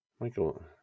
Michael